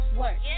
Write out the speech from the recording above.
work